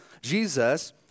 Jesus